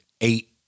eight